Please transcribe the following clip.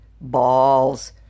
balls